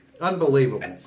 Unbelievable